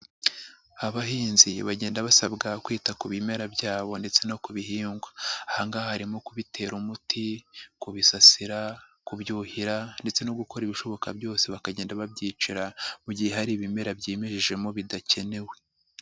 Abahinzi bagenda basabwa kwita ku bimera byabo ndetse no ku bihingwa, aha ngaha harimo: kubitera umuti, kubisasira, kubyuhira ndetse no gukora ibishoboka byose bakagenda babyicira mu gihe hari ibimera byimirijemo bidakenewe.